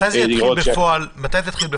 מתי התוכנית תתחיל בפועל?